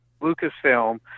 Lucasfilm